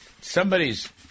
somebody's